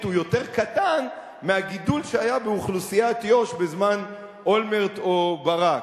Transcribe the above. הוא יותר קטן מהגידול שהיה באוכלוסיית יו"ש בזמן אולמרט או ברק.